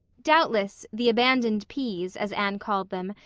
doubtless, the abandoned p's, as anne called them,